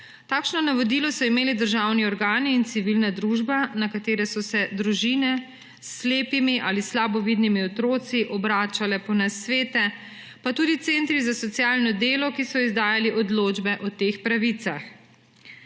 Takšno navodilo so imeli državni organi in civilna družba, na katere so se družine s slepimi ali slabovidnimi otroki obračale po nasvete, pa tudi centri za socialno delo, ki so izdajali odločbe o teh pravicah.